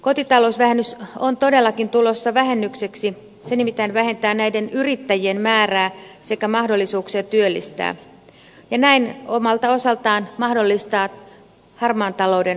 kotitalousvähennys on todellakin tulossa vähennykseksi se nimittäin vähentää näiden yrittäjien määrää sekä mahdollisuuksia työllistää ja näin omalta osaltaan mahdollistaa harmaan talouden mahdollisuuksia